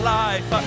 life